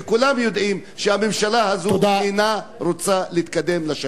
וכולם יודעים שהממשלה הזאת אינה רוצה להתקדם לשלום.